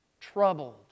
troubled